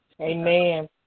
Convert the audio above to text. Amen